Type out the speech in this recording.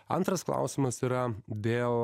antras klausimas yra dėl